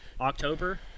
October